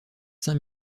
saint